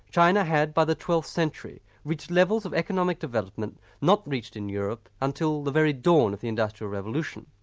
china had, by the twelfth century, reached levels of economic development not reached in europe until the very dawn of the industrial revolution.